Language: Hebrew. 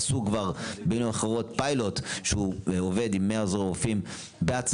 עשו כבר פיילוט שעובד עם 100 עוזרי רופאים בהצלחה,